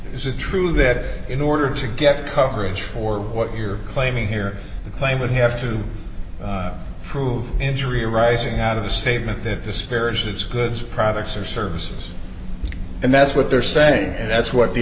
is it true that in order to get coverage for what you're claiming here the claim would have to prove injury rising out of the statement that the spirit goods products or services and that's what they're saying that's what the